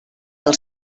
del